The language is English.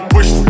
Push